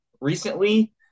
recently